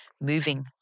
moving